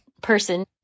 person